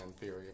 theory